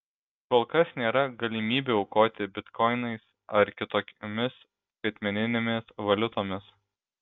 kol kas nėra galimybių aukoti bitkoinais ar kitokiomis skaitmeninėmis valiutomis